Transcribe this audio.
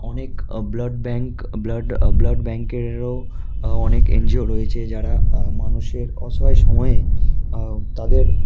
অনেক blood bank blood blood ব্যাঙ্কেরও অনেক এনজিও রয়েছে যারা মানুষের অসহায় সময়ে তাদের